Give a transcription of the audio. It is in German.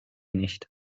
nicht